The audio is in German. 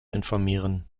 informieren